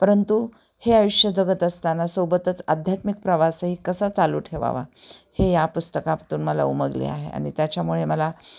परंतु हे आयुष्य जगत असताना सोबतच आध्यात्मिक प्रवासही कसा चालू ठेवावा हे या पुस्तकातून मला उमगले आहे आणि त्याच्यामुळे मला